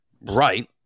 Right